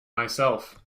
myself